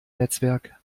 netzwerk